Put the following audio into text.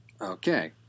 Okay